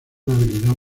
habilidad